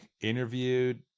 interviewed